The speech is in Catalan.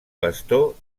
pastor